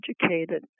educated